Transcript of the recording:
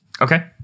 Okay